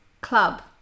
club